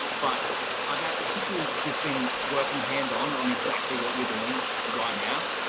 but i've actually just been working hands on on exactly what you're doing right now.